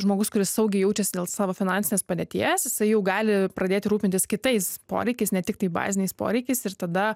žmogus kuris saugiai jaučiasi dėl savo finansinės padėties jisai jau gali pradėti rūpintis kitais poreikiais ne tiktai baziniais poreikiais ir tada